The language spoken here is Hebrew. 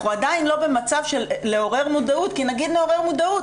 אנחנו לא במצב לעורר מודעות כי גם אם נעורר מודעות,